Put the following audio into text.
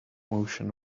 motion